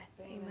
Amen